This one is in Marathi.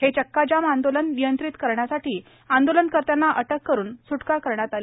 हे चक्काजाम आंदोलन नियंत्रित करण्यासाठी आंदोलनकर्त्यांना अटक करून स्टका करण्यात आली